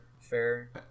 fair